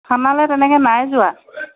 থানালৈ তেনেকৈ নাই যোৱা